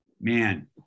man